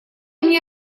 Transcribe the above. мне